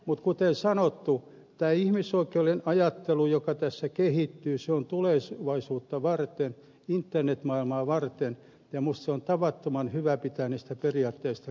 mutta kuten sanottu tämä ihmisoikeudellinen ajattelu joka tässä kehittyy on tulevaisuutta varten internetmaailmaa varten ja minusta on tavattoman hyvä pitää niistä periaatteista kiinni